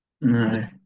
No